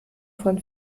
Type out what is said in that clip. von